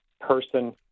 person